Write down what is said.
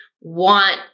want